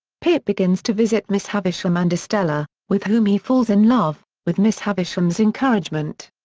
pip begins to visit miss havisham and estella, with whom he falls in love, with miss havisham's encouragement.